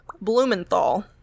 Blumenthal